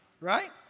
right